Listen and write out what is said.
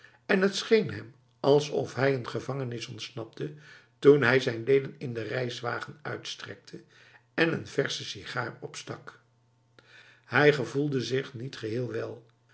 en het scheen hem alsof hij een gevangenis ontsnapte toen hij zijn leden in de reiswagen uitstrekte en een verse sigaar opstak hij gevoelde zich niet geheel wel